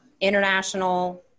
international